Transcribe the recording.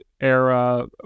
era